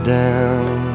down